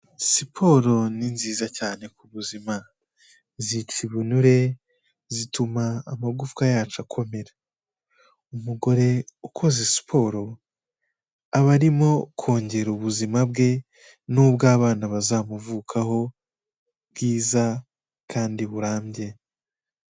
Siporo ni nziza cyane ku buzima. Zica ibinure, zituma amagufwa yacu akomera. Umugore ukoze siporo aba arimo kongera ubuzima bwe n'ubw'abana bazamuvukaho, bwiza kandi burambye.